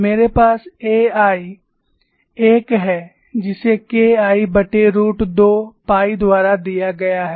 मेरे पास AI 1 है जिसे K Iरूट 2 पाई द्वारा दिया गया है